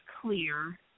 clear